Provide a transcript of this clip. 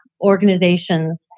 organizations